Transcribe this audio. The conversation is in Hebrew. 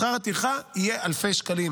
ושכר הטרחה יהיה אלפי שקלים.